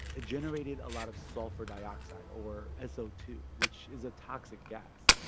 it generated a lot of sulfur dioxide, or s o two, which is a toxic gas.